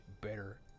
better